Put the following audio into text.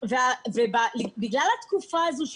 בגלל התקופה הזאת,